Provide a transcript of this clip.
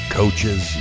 coaches